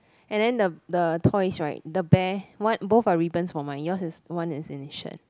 and then the the toys right the bear one both are ribbons for mine yours is one is in his shirt